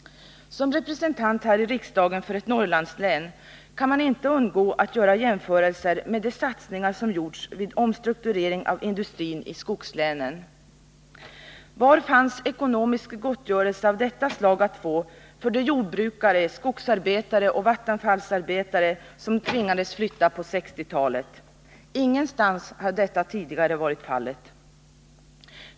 Som representant här i riksdagen för ett Norrlandslän kan man inte undgå att göra jämförelser med de satsningar som gjorts vid omstrukturering av industrin i skogslänen. Var fanns ekonomisk gottgörelse av detta slag att få för de jordbrukare, skogsarbetare och vattenfallsarbetare som tvingades flytta på 1960-talet? Ingenstans har detta tidigare varit fallet.